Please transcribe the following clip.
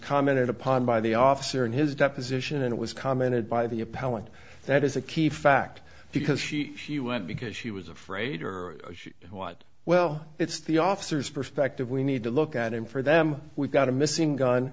commented upon by the officer in his deposition and it was commented by the appellant that is a key fact because she she went because she was afraid or what well it's the officer's perspective we need to look at him for them we've got a missing gun